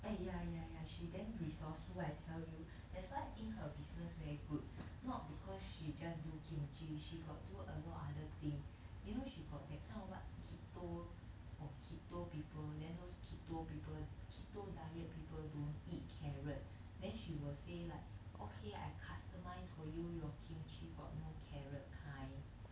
eh ya ya ya she damn resourceful I tell you that's why I think her business very good not because she just do kimchi she got do a lot other thing you know she got that kind of don't know what keto for keto people then those keto people keto diet people don't eat carrot then she will say like okay I customized for you your kimchi got no carrot kind